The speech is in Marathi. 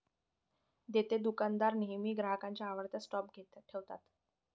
देतेदुकानदार नेहमी ग्राहकांच्या आवडत्या स्टॉप ठेवतात